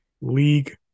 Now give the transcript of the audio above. League